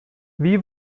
wie